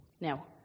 Now